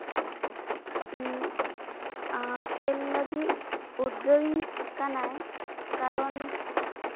ᱠᱷᱮᱞ ᱞᱟᱹᱜᱤᱫ ᱩᱫᱽᱜᱟᱹᱣᱤᱧ ᱠᱟᱱᱟᱭ ᱠᱟᱨᱚᱱ